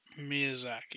Miyazaki